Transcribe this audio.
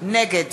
נגד